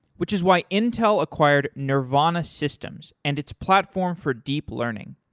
which is why intel acquired nervana systems and its platform for deep learning.